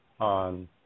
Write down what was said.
on